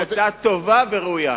שהיא הצעה טובה וראויה,